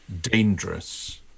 dangerous